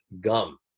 gum